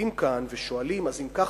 עומדים כאן ושואלים: אם כך,